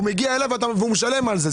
הוא מגיע אליו ומשלם על זה.